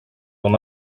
will